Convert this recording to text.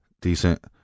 decent